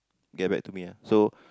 get back to me ah so